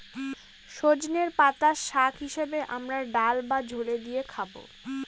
সজনের পাতা শাক হিসেবে আমরা ডাল বা ঝোলে দিয়ে খাবো